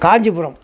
Kanchipuram